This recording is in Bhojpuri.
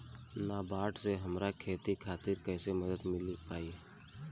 नाबार्ड से हमरा खेती खातिर कैसे मदद मिल पायी?